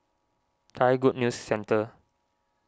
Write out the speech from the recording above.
Thai Good News Centre